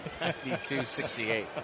52-68